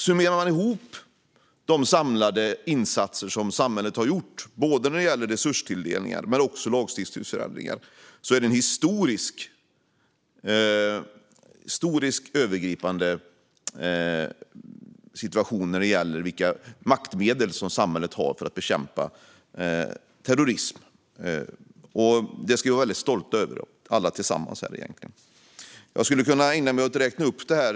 Summerar man de insatser som samhället har gjort när det gäller både resurstilldelning och lagstiftningsändringar ser man att de är historiskt genomgripande när det gäller vilka maktmedel som samhället fått för att bekämpa terrorism. Det ska vi vara stolta över, alla tillsammans. Jag skulle kunna ägna mig åt att räkna upp det här.